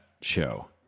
show